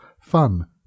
fun